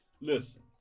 listen